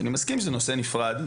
שאני מסכים שזה נושא נפרד,